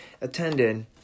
attended